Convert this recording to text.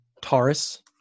Taurus